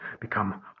become